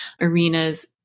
arenas